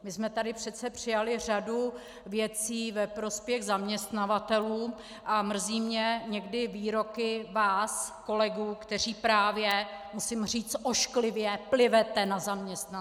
My jsme tady přece přijali řadu věcí ve prospěch zaměstnavatelů a mrzí mě někdy i výroky vás kolegů, kteří právě musím říct ošklivě plivete na zaměstnance.